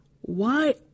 Why